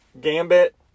Gambit